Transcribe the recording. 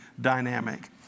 dynamic